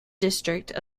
district